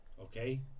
okay